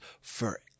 forever